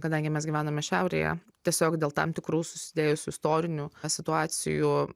kadangi mes gyvename šiaurėje tiesiog dėl tam tikrų susidėjusių istorinių situacijų